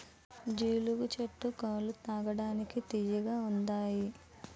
జీలుగు చెట్టు కల్లు తాగడానికి తియ్యగా ఉంతాయి